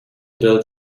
build